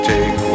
Take